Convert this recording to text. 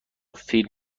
فیلم